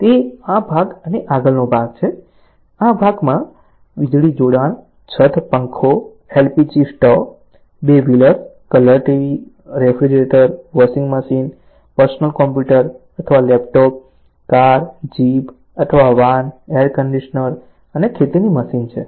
તે આ ભાગ અને આગળનો ભાગ છે આ ભાગમાં વીજળી જોડાણ છત પંખો LPG stove 2 wheeler colour TV refrigerator washing machine personal computer અથવા લેપટોપ કાર જીપ અથવા વાન એર કન્ડીશનર અને ખેતીની જમીન છે